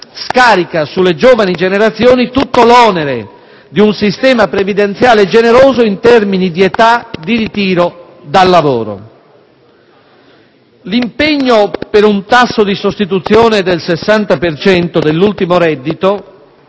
scarica sulle giovani generazioni tutto l'onere di un sistema previdenziale generoso in termini di età di ritiro dal lavoro. L'impegno per un tasso di sostituzione del 60 per cento dell'ultimo reddito